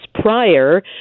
prior